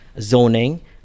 zoning